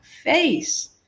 face